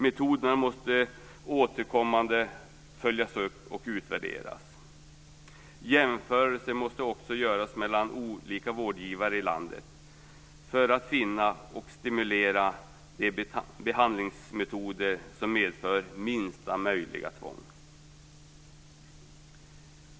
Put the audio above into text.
Metoderna måste återkommande följas upp och utvärderas. Jämförelser måste också göras mellan olika vårdgivare i landet för att finna och stimulera de behandlingsmetoder som medför minsta möjliga tvång.